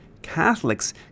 Catholics